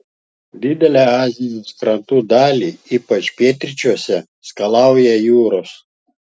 didelę azijos krantų dalį ypač pietryčiuose skalauja jūros